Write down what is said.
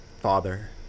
Father